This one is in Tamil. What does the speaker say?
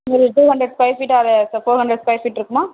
ஒரு டூ ஹண்ட்ரட் ஸ்கொயர் ஃபீட்டாது ச ஃபோர் ஹண்ட்ரட் ஸ்கொயர் ஃபீட் இருக்குமா